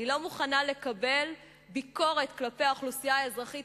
אני לא מוכנה לקבל ביקורת כלפי האוכלוסייה האזרחית